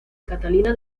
catalina